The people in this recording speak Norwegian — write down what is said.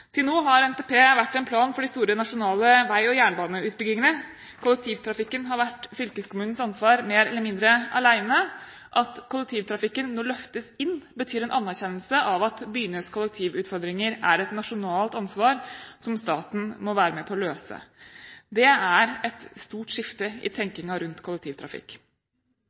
Til nå har NTP vært en plan for de store nasjonale vei- og jernbaneutbyggingene. Kollektivtrafikken har vært fylkeskommunens ansvar, mer eller mindre alene. At kollektivtrafikken nå løftes inn, betyr en anerkjennelse av at byenes kollektivutfordringer er et nasjonalt ansvar som staten må være med på å løse. Det er et stort skifte i tenkningen rundt kollektivtrafikk.